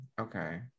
Okay